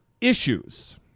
issues